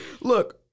look